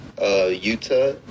Utah